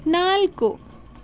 ನಾಲ್ಕು